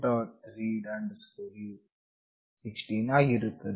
read u16 ಆಗಿರುತ್ತದೆ